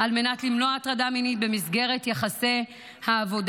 על מנת למנוע הטרדה מינית במסגרת יחסי העבודה.